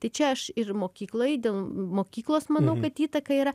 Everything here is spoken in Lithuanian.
tai čia aš ir mokykloj dėl mokyklos manau kad įtaka yra